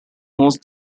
hosts